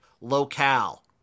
locale